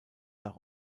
nach